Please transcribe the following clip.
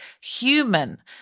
human